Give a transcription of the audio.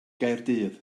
gaerdydd